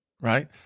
right